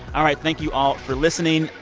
all right, thank you all for listening.